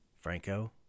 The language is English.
Franco